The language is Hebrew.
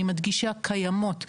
אני מדגישה: קיימות.